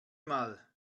mal